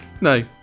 No